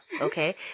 Okay